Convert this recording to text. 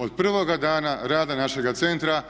Od prvoga dana rada našega centra